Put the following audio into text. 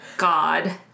God